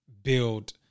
Build